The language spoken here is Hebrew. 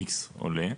X עולה.